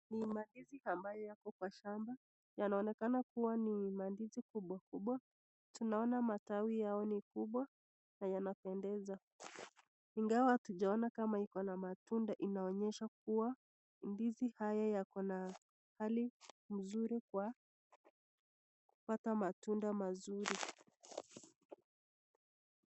Ni mandizi ambayo yako kwa shamba, Yanaonekana kua ni mandizi kubwakubwa tunaona matawi yao ni kubwa na yanapendeza ingawa hatujaona kama iko na matunda inaonyesha kuwa ndizi haya yako na hali nzuri kwa kupata matunda mazuri.